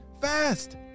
Fast